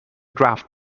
draft